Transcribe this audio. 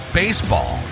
baseball